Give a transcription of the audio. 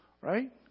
right